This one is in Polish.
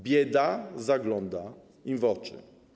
Bieda zagląda im w oczy.